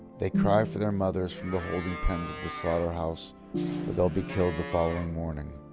they cry for their mothers from the holding pens of the slaughterhouse where they'll be killed the following morning.